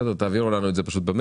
לפעילות שוטפת של